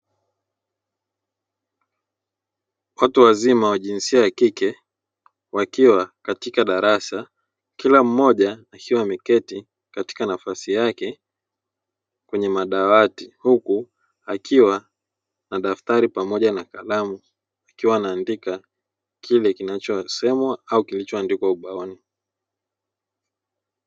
Watu wazima wa jinsia ya kike wakiwa katika darasa kila mmoja akiwa ameketi katika nafasi yake kwenye madawati huku akiwa na daftari pamoja na kalamu akiwa anaandika kile kinachosemwa au kilichoandikwa ubaoni.